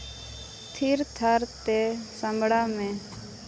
ᱛᱷᱤᱨ ᱛᱷᱟᱨ ᱛᱮ ᱥᱟᱢᱵᱲᱟᱣ ᱢᱮ